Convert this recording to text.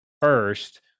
first